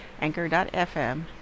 anchor.fm